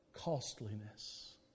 costliness